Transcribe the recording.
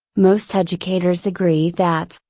most educators agree that,